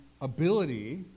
ability